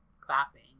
clapping